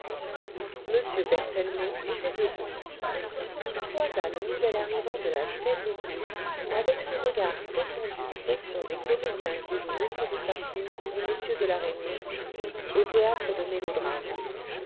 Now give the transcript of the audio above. m berthellemot était debout il toisa le nouvel arrivant de la tête aux pieds avec ce regard prétendu profond des comédiens qui jouent m de sartines ou m de la reynie aux théâtres de mélodrames